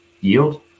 yield